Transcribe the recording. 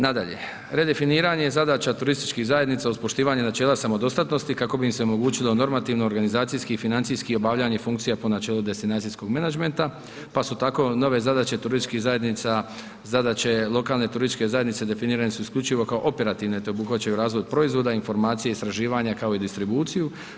Nadalje, redefiniranje je zadaća turističkih zajednica uz poštivanje načela samodostatnosti kako bi im se omogućilo normativno organizacijski i financijski obavljanje funkcija po načelu destinacijskog menadžmenta, pa su tako nove zadaće turističkih zajednica zadaće lokalne turističke zajednice definirane su isključivo kao operativne te obuhvaćaju razvoj proizvoda, informacija, istraživanja, kao i distribuciju.